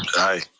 aye.